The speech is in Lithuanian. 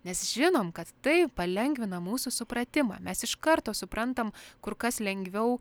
nes žinom kad tai palengvina mūsų supratimą mes iš karto suprantam kur kas lengviau